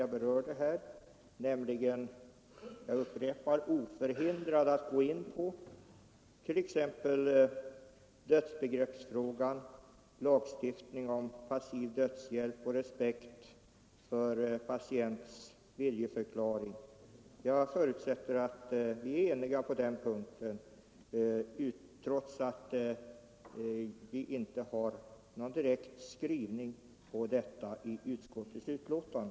Jag upprepar att utredningen alltså skall vara oförhindrad att ta upp t. ex dödsbegreppsfrågan, lagstiftning om passiv dödshjälp och respekt för patients viljeförklaring. Jag förutsätter att vi är eniga om detta, trots att detta inte direkt framgår av skrivningen i utskottets betänkande.